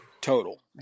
total